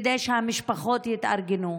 כדי שהמשפחות יתארגנו.